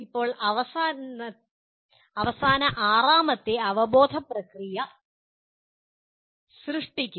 ഇപ്പോൾ അവസാന ആറാമത്തെ അവബോധ പ്രക്രിയ സൃഷ്ടിക്കുക